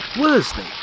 Worsley